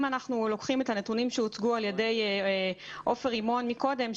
אם אנחנו לוקחים את הנתונים שהוצגו על ידי עופר רימון מקודם,